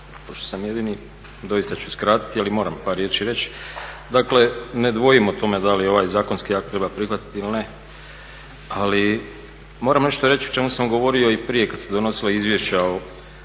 Pošto sam jedini doista ću skratiti, ali moram par riječi reći. Dakle, ne dvojimo o tome da li ovaj zakonski akt treba prihvatiti ili ne, ali moram nešto reći o čemu sam govorio i prije kad su se donosila izvješća o